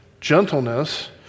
Gentleness